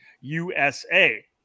USA